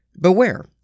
beware